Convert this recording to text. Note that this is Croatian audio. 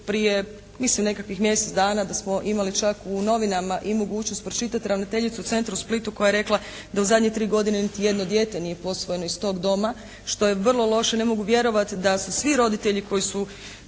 Prije nekakvih mislim mjesec dana da smo imali čak u novinama i mogućnost pročitati ravnateljice u centru u Splitu koja je rekla da u zadnje tri godine niti jedno dijete nije posvojeno iz tog doma što je vrlo loše. Ne mogu vjerovati da su svi roditelji koji su